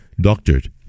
doctored